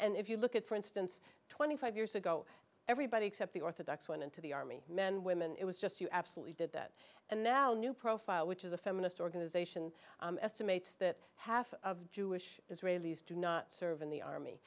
and if you look at for instance twenty five years ago everybody except the orthodox went into the army men women it was just you absolutely did that and now new profile which is a feminist organization estimates that half of jewish israelis do not serve in the army